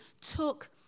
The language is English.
took